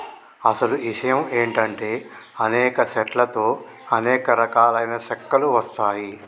అసలు ఇషయం ఏంటంటే అనేక సెట్ల తో అనేక రకాలైన సెక్కలు వస్తాయి